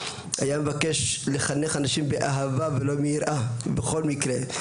היה מבקש לחנך אנשים באהבה ולא מיראה בכל מקרה.